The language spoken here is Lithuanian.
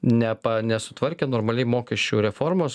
nepa nesutvarkė normaliai mokesčių reformos